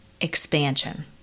expansion